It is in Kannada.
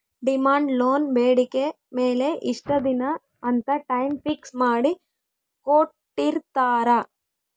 ಡಿಮಾಂಡ್ ಲೋನ್ ಬೇಡಿಕೆ ಮೇಲೆ ಇಷ್ಟ ದಿನ ಅಂತ ಟೈಮ್ ಫಿಕ್ಸ್ ಮಾಡಿ ಕೋಟ್ಟಿರ್ತಾರಾ